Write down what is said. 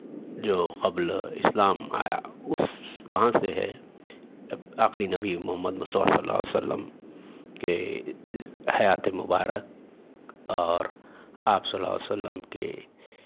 جو قبل اسلام آیا اس وہاں سے ہے جب آخری نبی محمد صلی اللہ علیہ وسلم کے حیاتِ مبارک اور آپ صلی اللہ علیہ وسلم کے